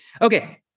Okay